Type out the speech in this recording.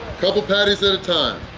couple patties at a time